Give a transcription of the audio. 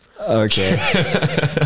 Okay